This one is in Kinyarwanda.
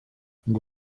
ngo